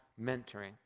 mentoring